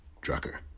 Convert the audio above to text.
Drucker